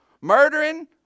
Murdering